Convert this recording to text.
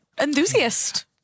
enthusiast